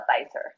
advisor